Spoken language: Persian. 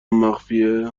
مخفیه